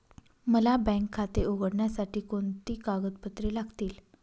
मला बँक खाते उघडण्यासाठी कोणती कागदपत्रे लागतील?